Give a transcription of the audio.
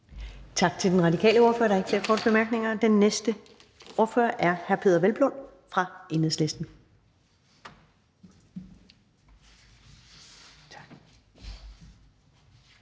Tak til den radikale ordfører. Der er ikke flere korte bemærkninger. Den næste ordfører er hr. Peder Hvelplund fra Enhedslisten.